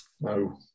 No